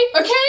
Okay